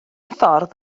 ffordd